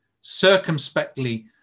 circumspectly